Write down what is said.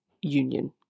union